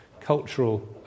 cultural